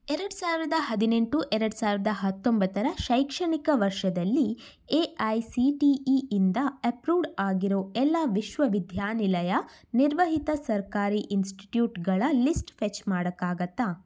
ಎರಡು ಸಾವಿರದ ಹದಿನೆಂಟು ಎರಡು ಸಾವಿರದ ಹತ್ತೊಂಬತ್ತರ ಶೈಕ್ಷಣಿಕ ವರ್ಷದಲ್ಲಿ A I C T E ಇಂದ ಎಪ್ರೂವ್ಡ್ ಆಗಿರುವ ಎಲ್ಲ ವಿಶ್ವವಿದ್ಯಾನಿಲಯ ನಿರ್ವಹಿತ ಸರ್ಕಾರಿ ಇನ್ಸ್ಟಿಟ್ಯೂಟ್ಗಳ ಲಿಸ್ಟ್ ಫೆಚ್ ಮಾಡಕ್ಕಾಗತ್ತಾ